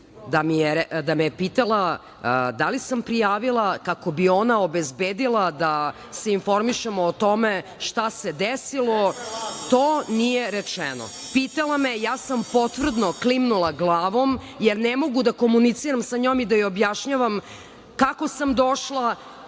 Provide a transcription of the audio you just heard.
da me je pitala da li sam prijavila, kako bi ona obezbedila da se informišemo o tome šta se desilo. To nije rečeno. Pitala me je i ja sam potvrdno klimnula glavom, jer ne mogu da komuniciram sa njom i da joj objašnjavam kako sam došla,